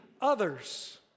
others